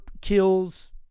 kills